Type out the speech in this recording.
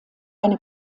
eine